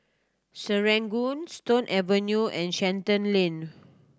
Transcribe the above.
Serangoon Stone Avenue and Shenton Lane